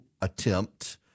attempt